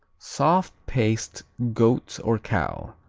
soft paste goat or cow.